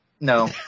no